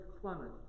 Clement